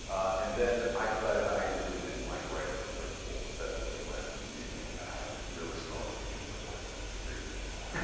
and then i decided i really didn't like writing for principals especially when you know i have really strong opinions and i wanted to disagree with them a lot.